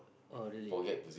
orh really